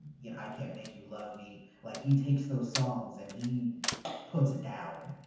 you know, i can't make you love me like he takes those songs and he puts it down!